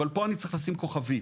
אבל פה אני צריך לשים כוכבית: